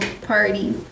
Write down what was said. party